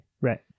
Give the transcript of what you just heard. Right